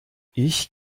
ich